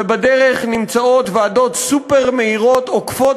ובדרך נמצאות ועדות סופר-מהירות עוקפות